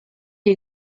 est